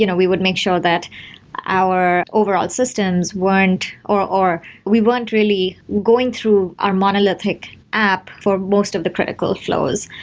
you know we would make sure that our overall systems weren't or or we weren't really going through our monolithic app for most of the critical flows.